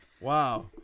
Wow